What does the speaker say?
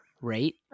rate